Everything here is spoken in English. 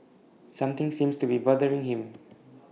something seems to be bothering him